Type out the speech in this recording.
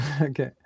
okay